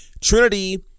Trinity